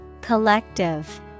Collective